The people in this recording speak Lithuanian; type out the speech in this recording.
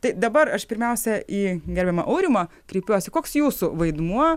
tai dabar aš pirmiausia į gerbiamą aurimą kreipiuosi koks jūsų vaidmuo